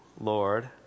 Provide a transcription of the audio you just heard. Lord